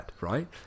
right